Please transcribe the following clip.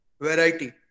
Variety